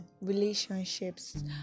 relationships